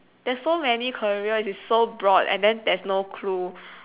there's so many careers is so broad and then there's no clue